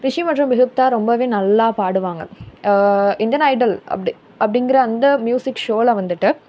ரிஷி மற்றும் பிஹிப்தா ரொம்பவே நல்லா பாடுவாங்க இந்தியன் ஐடல் அப்படி அப்படிங்கிற அந்த மியூசிக் ஷோவில் வந்துட்டு